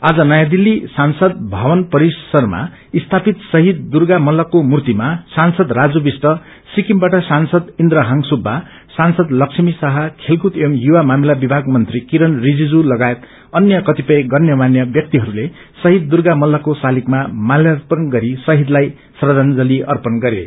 आज नयाँ दिल्ली संसद भवन परिषरमा स्यापित शहिद दुर्गा मल्लको मूर्तिमा सांसद राजू विष्ट सिक्किमबाट सांसद इन्द्र हांग सुब्बा सांसद लक्ष्मी शाह खेलकूद एव यूवा मामिला विभाग मंत्री किरण रिजिजु लगायत अन्य कतिपय गण्यमान्य व्यक्तिहरूले शहिद दुर्गामल्तको शालिगमा माल्यर्पच गरि शहिदलाई श्रखजली अर्पण गरे